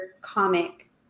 comic